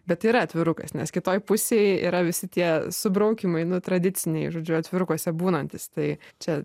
bet yra atvirukas nes kitoj pusėj yra visi tie subraukymai tradiciniai žodžiu atvirukuose būnantys tai čia